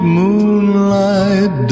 moonlight